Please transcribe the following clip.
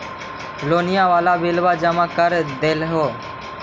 लोनिया वाला बिलवा जामा कर देलहो?